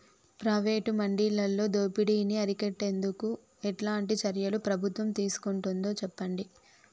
Private మండీలలో దోపిడీ ని అరికట్టేందుకు ఎట్లాంటి చర్యలు ప్రభుత్వం తీసుకుంటుందో చెప్పండి?